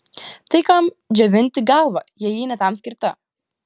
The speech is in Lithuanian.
tai kam džiovinti galvą jei ji ne tam skirta